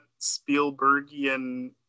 Spielbergian